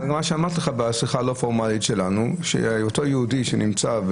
מה שאמרתי לך בשיחה הלא פורמלית שלנו הוא שאותו יהודי שנמצא,